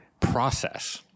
Process